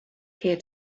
here